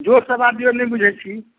जोरसँ बाजिऔ नहि बुझै छी